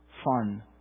fun